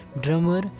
drummer